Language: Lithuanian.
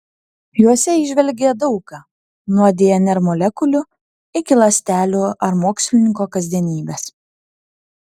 juose įžvelgė daug ką nuo dnr molekulių iki ląstelių ar mokslininko kasdienybės